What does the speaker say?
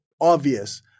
obvious